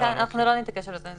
ניצן, אנחנו לא נתעקש על זה.